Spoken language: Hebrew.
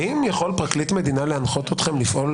האם יכול פרקליט מדינה להנחות אתכם לפעול